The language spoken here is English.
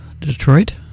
Detroit